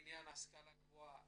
בעניין ההשכלה הגבוהה.